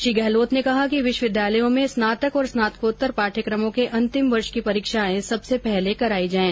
श्री गहलोत ने कहा कि विश्वविद्यालयों में स्नातक और स्नातकोत्तर पाठ्यक्रमों के अन्तिम वर्ष की परीक्षाएं सबसे पहले कराई जाएं